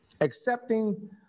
accepting